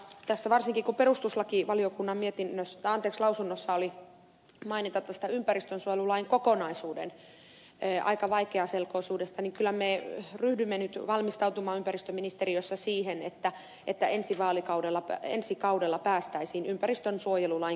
varsinkin kun perustuslakivaliokunnan lausunnossa oli maininta ympäristönsuojelulain kokonaisuuden aika vaikeaselkoisuudesta niin kyllä me ryhdymme valmistautumaan ympäristöministeriössä siihen että ensi kaudella päästäisiin ympäristönsuojelulain kokonaisuudistukseen